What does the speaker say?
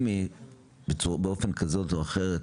לגיטימי באופן כזה או אחר,